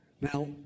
Now